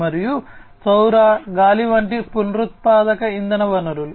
మరియు సౌర గాలి వంటి పునరుత్పాదక ఇంధన వనరులు